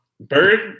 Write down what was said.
Bird